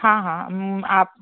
हाँ हाँ आप